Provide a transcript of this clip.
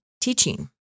teaching